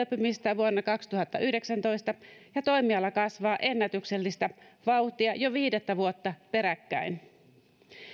rekisteröityä yöpymistä vuonna kaksituhattayhdeksäntoista ja toimiala kasvaa ennätyksellistä vauhtia jo viidettä vuotta peräkkäin